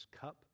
cup